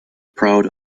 proud